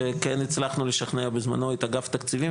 וכן הצלחנו לשכנע בזמנו את אגף תקציבים,